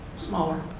smaller